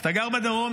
אתה גר בדרום,